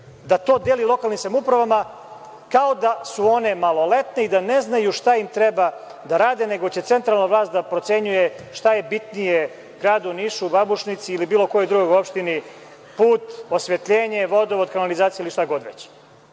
da to deli lokalnim samoupravama kao da su one maloletne i da ne znaju šta treba da rade, nego će centralna vlast da procenjuje šta je bitnije gradu Nišu, Babušnici ili bilo kojoj drugoj opštini, put, osvetljenje, vodovod, kanalizacija ili šta god. Mislim